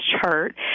chart